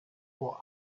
vor